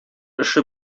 эше